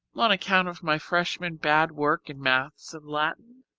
on account of my freshman bad work in maths and latin.